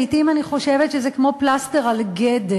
לעתים אני חושבת שזה כמו פלסטר על גדם.